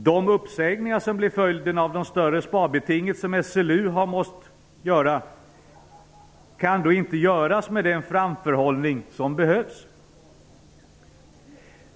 De uppsägningar som blir följden av det större sparbetinget som SLU har måst genomföra kan då inte ske med den framförhållning som behövs.